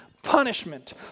punishment